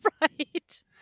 Right